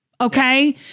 okay